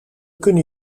kunnen